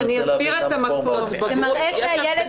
אני מנסה להבין למה פה זה 14. זה מראה שהילד